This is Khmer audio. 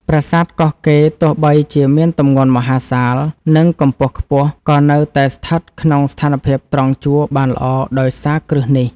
ប្រាសាទកោះកេរទោះបីជាមានទម្ងន់មហាសាល និង កម្ពស់ខ្ពស់ ក៏នៅតែស្ថិតក្នុងស្ថានភាពត្រង់ជួរបានល្អដោយសារគ្រឹះនេះ។